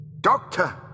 Doctor